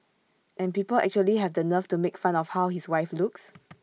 and people actually have the nerve to make fun of how his wife looks